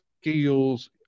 skills